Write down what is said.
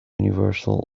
universal